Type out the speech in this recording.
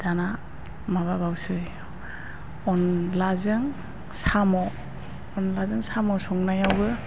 दाना माबाबावसै अनलाजों साम' अनलाजों साम' संनायावबो